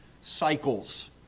cycles